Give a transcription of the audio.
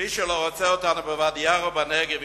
מי שלא רוצה אותנו בוודי-עארה ובנגב,